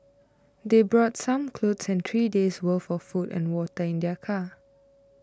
they brought some clothes and three days worth of food and water in their car